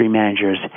managers